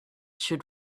should